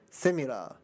similar